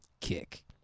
kick